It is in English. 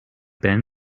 ben